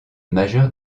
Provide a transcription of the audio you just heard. majeure